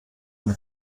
mir